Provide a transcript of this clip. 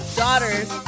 daughters